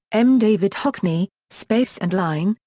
m. david hockney space and line,